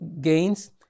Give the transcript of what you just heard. gains